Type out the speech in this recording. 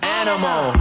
animal